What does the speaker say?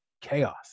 chaos